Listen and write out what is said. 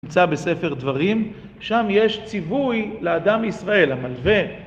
נמצא בספר דברים, שם יש ציווי לאדם מישראל המלווה